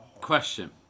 Question